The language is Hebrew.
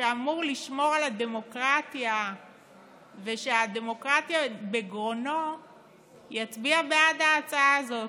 שאמור לשמור על הדמוקרטיה ושהדמוקרטיה בגרונו יצביע בעד ההצעה הזאת.